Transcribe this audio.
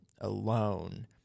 alone